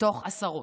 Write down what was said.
מתוך עשרות.